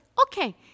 okay